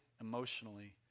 emotionally